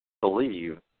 believe